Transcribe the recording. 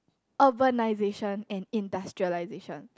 urbanisation and industrialisation